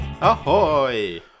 Ahoy